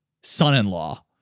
son-in-law